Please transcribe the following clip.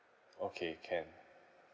okay can